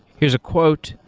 here's a quote,